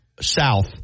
south